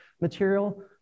material